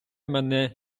мене